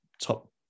top